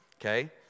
Okay